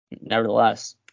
nevertheless